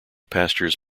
pastures